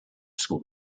school